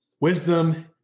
wisdom